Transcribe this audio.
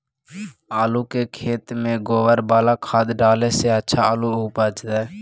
आलु के खेत में गोबर बाला खाद डाले से अच्छा आलु उपजतै?